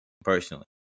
personally